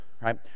right